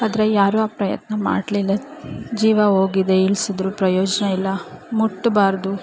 ಆದರೆ ಯಾರೂ ಆ ಪ್ರಯತ್ನ ಮಾಡಲಿಲ್ಲ ಜೀವ ಹೋಗಿದೆ ಇಳ್ಸಿದ್ರೂ ಪ್ರಯೋಜನ ಇಲ್ಲ ಮುಟ್ಟಬಾರ್ದು